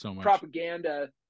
propaganda